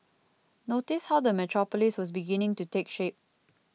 notice how the metropolis was beginning to take shape